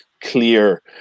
clear